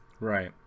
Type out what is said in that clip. Right